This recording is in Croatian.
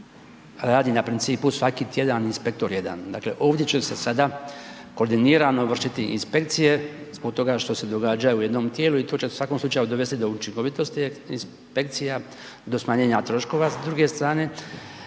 radi na principu svaki tjedan inspektor jedan. Dakle, ovdje će se sada koordinirano vršiti inspekcije zbog toga što se događa u jednom tijelu i to će u svakom slučaju dovesti do učinkovitosti inspekcija, do smanjenja troškova, s druge strane.